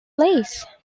place